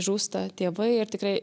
žūsta tėvai ir tikrai